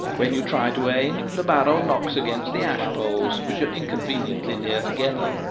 when you try to aim the barrel knocks against the ashpoles, which are inconveniently near together,